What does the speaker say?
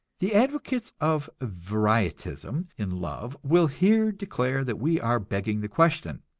the advocates of varietism in love will here declare that we are begging the question.